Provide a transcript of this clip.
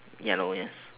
yellow yes